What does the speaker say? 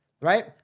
right